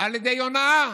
על ידי הונאה?